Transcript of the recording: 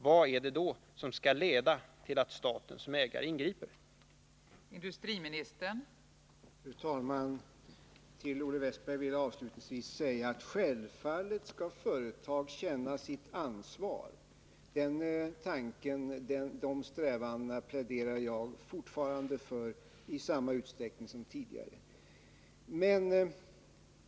Vad är det då som kan föranleda staten som ägare att ingripa?